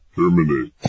Terminate